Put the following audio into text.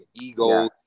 ego